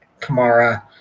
Kamara